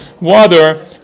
water